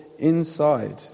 inside